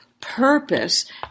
purpose